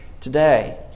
today